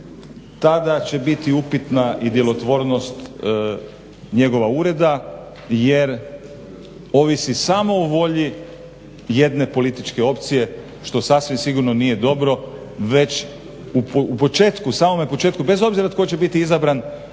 tada će biti upitna i djelotvornost njegova ureda jer ovisi samo o volji jedne političke opcije što sasvim sigurno nije dobro već u početku, samome početku bez obzira tko će biti izabran